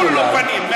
כולו פנים.